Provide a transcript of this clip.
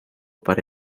para